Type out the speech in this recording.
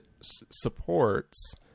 supports